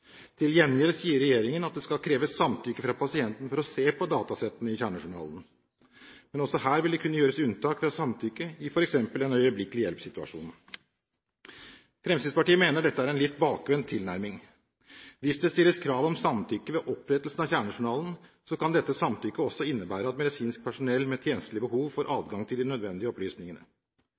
Til gjengjeld sier regjeringen at det skal kreves samtykke fra pasienten for å se på datasettene i kjernejournalen. Men også her vil det kunne gjøres unntak fra samtykke i f.eks. en øyeblikkelig hjelp-situasjon. Fremskrittspartiet mener dette er en litt bakvendt tilnærming. Hvis det stilles krav om samtykke ved opprettelsen av kjernejournalen, kan dette samtykket også innebære at medisinsk personell med tjenstlig behov får adgang til de nødvendige opplysningene.